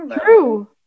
True